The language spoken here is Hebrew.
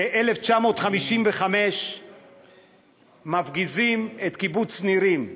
ב-1955 הפגיזו את קיבוץ נירים.